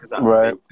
Right